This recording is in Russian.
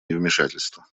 невмешательства